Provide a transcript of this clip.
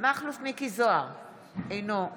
עצורים ונאשמים,